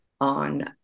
on